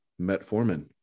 metformin